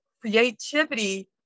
creativity